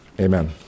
Amen